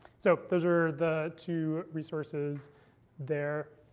so those are the two resources there.